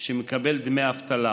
שמקבל דמי אבטלה,